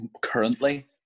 currently